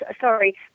Sorry